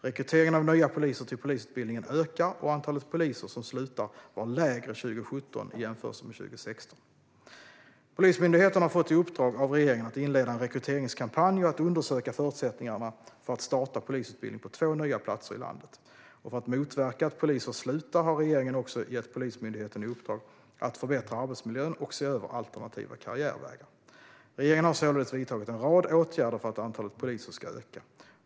Rekryteringen av nya poliser till polisutbildningen ökar, och antalet poliser som slutar var lägre 2017 i jämförelse med 2016. Polismyndigheten har fått i uppdrag av regeringen att inleda en rekryteringskampanj och att undersöka förutsättningarna för att starta polisutbildning på två nya platser i landet. För att motverka att poliser slutar har regeringen också gett Polismyndigheten i uppdrag att förbättra arbetsmiljön och att se över alternativa karriärvägar. Regeringen har således vidtagit en rad åtgärder för att antalet poliser ska öka.